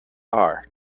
are